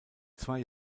zwei